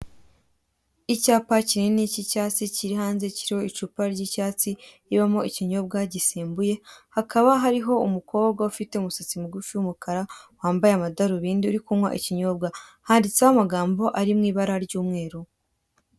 Icyapa kinini cy'icyatsi kiri hanze kiriho icupa ry'icyatsi ribamo ikinyobwa gisembuye, hakaba hariho umukobwa ufite umusatsi mugufi w'umukara wambaye amadarubindi uri kunywa ikinyobwa. Handitseho amagambo ari mu ibara ry'umweru.